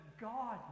god